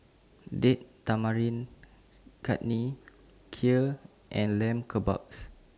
Date Tamarind Chutney Kheer and Lamb Kebabs